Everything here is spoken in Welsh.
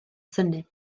synnu